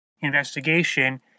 investigation